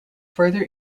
further